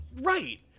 right